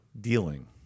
dealing